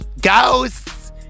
ghosts